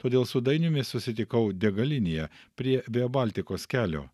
todėl su dainiumi susitikau degalinėje prie via baltikos kelio